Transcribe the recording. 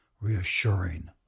reassuring